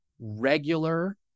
regular